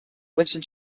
winston